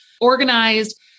organized